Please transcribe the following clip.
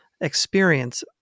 experience